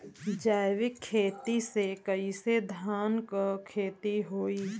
जैविक खेती से कईसे धान क खेती होई?